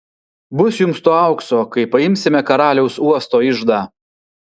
bus jums to aukso kai paimsime karaliaus uosto iždą